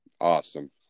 Awesome